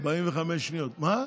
45 שניות, מה?